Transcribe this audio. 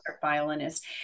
violinist